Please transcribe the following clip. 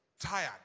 tired